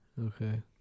Okay